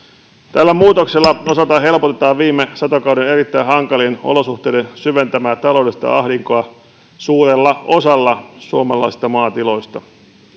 tällä muutoksella osaltaan helpotetaan viime satokauden erittäin hankalien olosuhteiden syventämää taloudellista ahdinkoa suurella osalla suomalaisista maatiloista